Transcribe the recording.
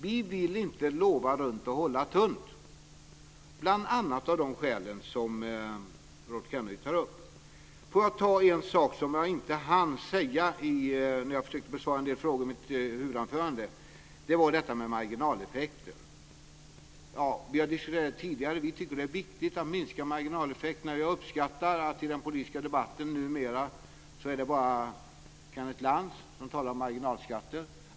Vi vill inte lova runt och hålla tunt, bl.a. av de skäl som Rolf Kenneryd tar upp. Jag vill också ta upp en sak som jag inte hann säga när jag försökte besvara en del frågor i mitt huvudanförande. Det gällde detta med marginaleffekter. Vi har diskuterat det tidigare. Vi tycker att det är viktigt att minska marginaleffekterna. Jag uppskattar att det i den politiska debatten numera bara är Kenneth Lantz som talar om marginalskatter.